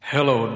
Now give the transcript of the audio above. Hello